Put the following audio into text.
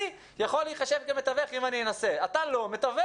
אני יכול להיחשב כמתווך אם אני אנסה אבל אתה לא מתווך.